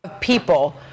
...people